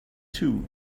too